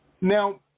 Now